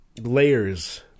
layers